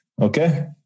Okay